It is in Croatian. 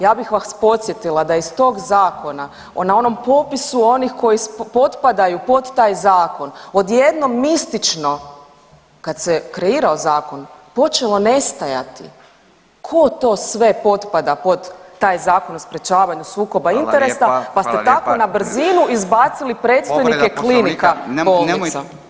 Ja bih vas podsjetila da iz tog zakona na onom popisu onih koji potpadaju pod taj zakon odjednom mistično kad se kreirao zakon počelo nestajati tko to sve potpada pod taj Zakon o sprječavanju sukoba interesa [[Upadica: Hvala lijepa.]] pa ste tako na brzinu izbacili predstojnike klinika bolnica.